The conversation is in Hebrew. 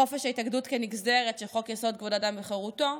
חופש ההתאגדות כנגזרת של חוק-יסוד: כבוד האדם וחירותו,